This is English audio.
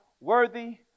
worthy